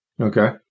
Okay